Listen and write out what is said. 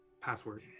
password